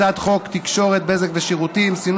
2. הצעת חוק התקשורת (בזק ושידורים) (תיקון,